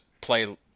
play